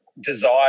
desire